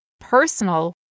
personal